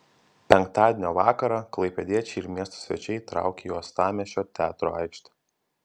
penktadienio vakarą klaipėdiečiai ir miesto svečiai traukė į uostamiesčio teatro aikštę